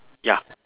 ya